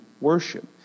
worship